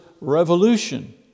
revolution